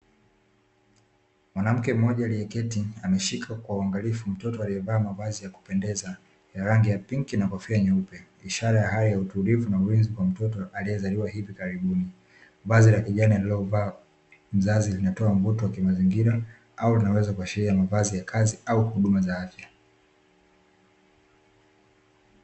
Mwanamke mmoja aliyeketi, ameshika kwa uangalifu mtoto aliyevaa mavazi ya kupendeza, ya rangi ya pinki na kofia nyeupe, ishara ya hali ya utulivu na ulezi kwa mtoto aliyezaliwa hivi karibuni. Vazi la kijani alilovaa mzazi linatoa mvuto wa kimazingira, au linaweza kuashiria mavazi ya kazi, au huduma za afya.